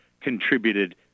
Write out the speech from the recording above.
contributed